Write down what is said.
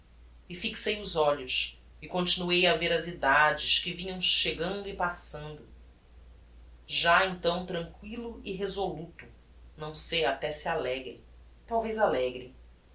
e fixei os olhos e continuei a ver as edades que vinham chegando e passando já então tranquillo e resoluto não sei até se alegre talvez alegre